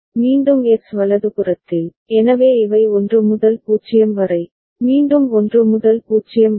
மீண்டும் h வலதுபுறத்தில் எனவே இவை 1 முதல் 0 வரை மீண்டும் 1 முதல் 0 வரை